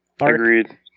Agreed